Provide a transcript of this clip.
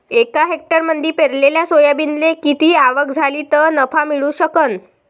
एका हेक्टरमंदी पेरलेल्या सोयाबीनले किती आवक झाली तं नफा मिळू शकन?